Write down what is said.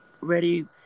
ready